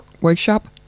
workshop